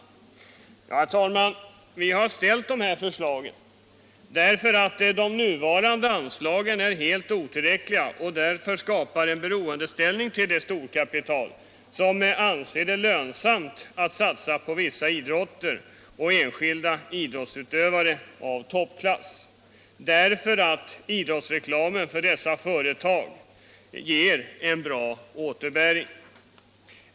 Herr talman! Vi har ställt dessa förslag eftersom de nuvarande anslagen är helt otillräckliga och därför skapar en beroendeställning till det storkapital som anser det lönsamt att satsa på vissa idrotter och enskilda idrottsutövare av toppklass, därför att idrottsreklamen för dessa företag ger en bra återbäring.